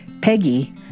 Peggy